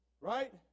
right